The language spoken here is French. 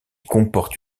comporte